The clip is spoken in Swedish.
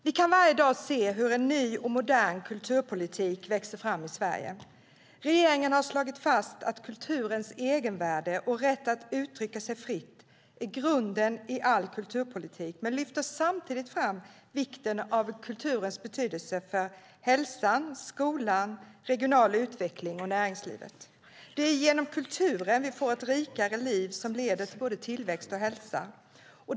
Vi kan varje dag se hur en ny och modern kulturpolitik växer fram i Sverige. Regeringen har slagit fast att kulturens egenvärde och rätt att uttrycka sig fritt är grunden i all kulturpolitik men lyfter samtidigt fram vikten av kulturens betydelse för hälsan, skolan, regional utveckling och näringslivet. Det är genom kulturen vi får ett rikare liv som leder till både tillväxt och hälsa.